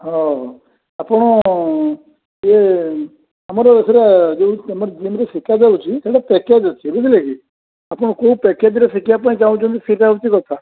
ହଁ ଆପଣ ଇଏ ଆମର ସେଇଟା ଯେଉଁ ପେମେଣ୍ଟ୍ ଯେମିତି ଶିଖାଯାଉଚି ହେଲେ ପ୍ୟାକେଜ୍ ଅଛି ବୁଝିଲେ କି ଆପଣ କେଉଁ ପ୍ୟାକେଜ୍ରେ ଶିଖିବା ପାଇଁ ଚାହୁଁଛନ୍ତି ସେଇଟା ହେଉଛି କଥା